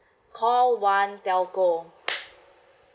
call one telco